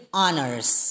honors